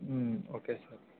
okay sir